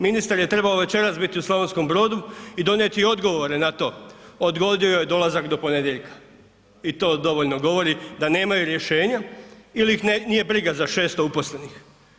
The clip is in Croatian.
Ministar je trebao večeras biti u Slavonskom Brodu i donijeti odgovore na to, odgodio je dolazak do ponedjeljka i to dovoljno govori da nemaju rješenja ili ih nije briga za 600 uposlenih.